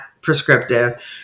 prescriptive